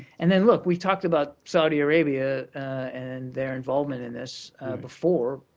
and then look, we've talked about saudi arabia and their involvement in this before.